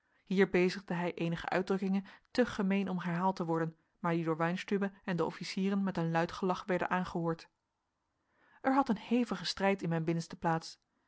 hier bezigde hij eenige uitdrukkingen te gemeen om herhaald te worden maar die door weinstübe en de officieren met een luid gelach werden aangehoord er had een hevige strijd in mijn binnenste plaats